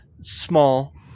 small